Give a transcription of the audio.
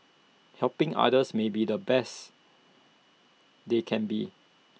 helping others maybe the best they can be